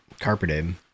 carpeted